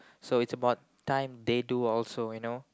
so it's about time they do also you know